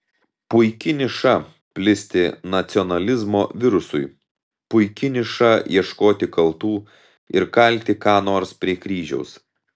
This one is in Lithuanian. puiki niša plisti nacionalizmo virusui puiki niša ieškoti kaltų ir kalti ką nors prie kryžiaus